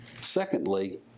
Secondly